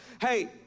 hey